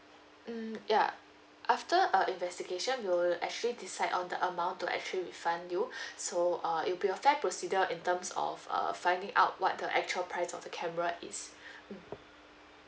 mm ya after uh investigation we'll actually decide on the amount to actually refund you so uh it will be a fair procedure in terms of uh finding out what the actual price of the camera is mm